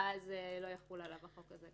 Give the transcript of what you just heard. ואז לא יחול עליו החוק הזה.